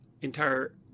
entire